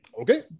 Okay